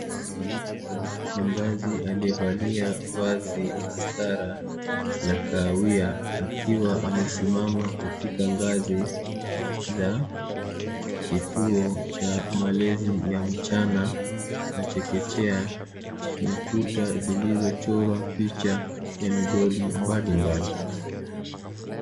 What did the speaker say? Mzazi alievalia vazi la stara la kahawia akiwa amesimama katika ngazi za kituo cha malezi ya mchana na chekechea, chenye kuta zilizochorwa picha ya midoli mbalimbali.